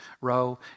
row